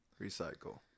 recycle